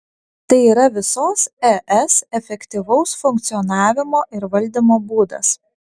tai yra visos es efektyvaus funkcionavimo ir valdymo būdas